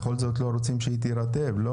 בכל זאת לא רוצם שהיא תירטב לא?